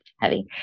heavy